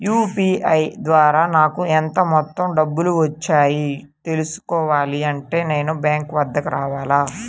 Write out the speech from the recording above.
UPI ద్వారా నాకు ఎంత మొత్తం డబ్బులు వచ్చాయో తెలుసుకోవాలి అంటే నేను బ్యాంక్ వద్దకు రావాలా?